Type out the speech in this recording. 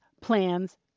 plans